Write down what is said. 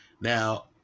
Now